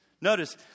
Notice